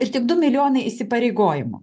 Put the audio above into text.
ir tik du milijonai įsipareigojimų